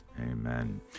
Amen